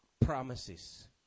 promises